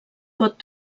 pot